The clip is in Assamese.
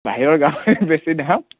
বাহিৰৰ গাহৰিৰ বেছি দাম